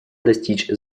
достичь